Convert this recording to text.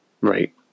right